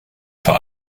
vor